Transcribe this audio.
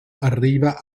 arriva